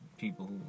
people